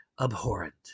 abhorrent